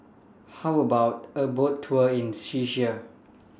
How about A Boat Tour in Czechia